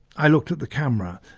i looked at the camera,